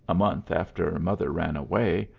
a month after mother ran away,